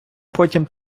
потім